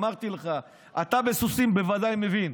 אמרתי לך, אתה בסוסים בוודאי מבין,